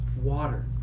water